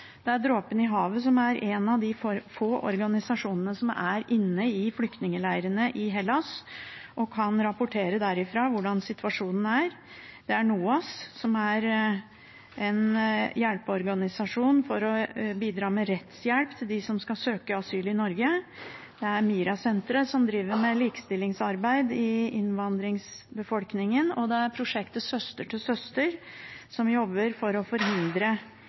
det er Dråpen i Havet, som er en av de få organisasjonene som er inne i flyktningleirene i Hellas og kan rapportere derfra hvordan situasjonen er, det er NOAS, som er en hjelpeorganisasjon for å bidra med rettshjelp til dem som skal søke asyl i Norge, det er MiRA-senteret, som driver med likestillingsarbeid i innvandringsbefolkningen, og det er prosjektet Søster til søster, som jobber for å forhindre